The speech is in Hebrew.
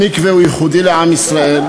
המקווה הוא ייחודי לעם ישראל,